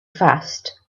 fast